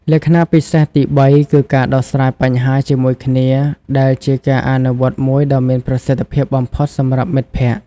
លក្ខណៈពិសេសទីបីគឺការដោះស្រាយបញ្ហាជាមួយគ្នា ដែលជាការអនុវត្តមួយដ៏មានប្រសិទ្ធភាពបំផុតសម្រាប់មិត្តភាព។